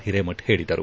ಹಿರೇಮಠ್ ಹೇಳಿದರು